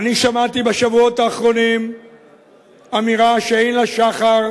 אני שמעתי בשבועות האחרונים אמירה שאין לה שחר,